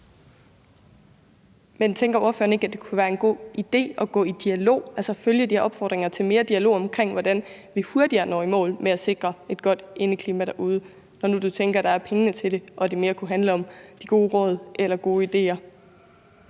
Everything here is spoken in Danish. Men tænker ordføreren ikke, at det kunne være en god idé at følge de opfordringer til at gå mere i dialog om, hvordan vi hurtigere når i mål med at sikre et godt indeklima derude, når nu du også tænker, at der er pengene til det, og at det mere kunne handle om de gode råd eller de gode idéer?